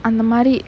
and the money